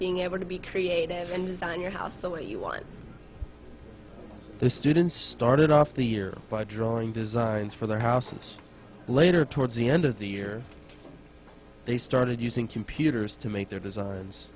being able to be creative and design your house silly one the students started off the year by drawing designs for their houses later towards the end of the year they started using computers to make their designs